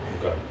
okay